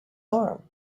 arm